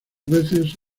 veces